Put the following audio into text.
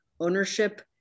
ownership